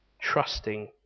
Trusting